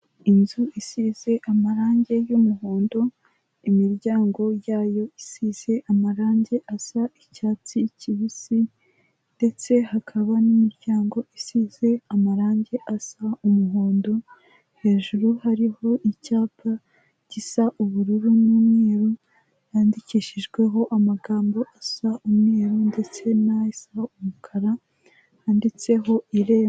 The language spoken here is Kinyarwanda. Inzu isize amarange y'umuhondo imiryango yayo isize amarange asa icyatsi kibisi ndetse hakaba n'imiryango isize amarange asa umuhondo, hejuru hariho icyapa gisa ubururu n'umweru cyandikishijweho amagambo asa umweru ndetse nasa umukara handitseho Irembo.